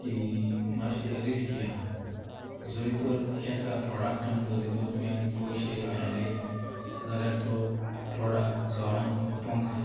ती मातशे रिस्की आहा जरी तर एका प्रोडाक्टान जरी तर तुयेन पयशे आयले जाल्यार तो प्रोडाक्ट जोरान खोपोंक जाय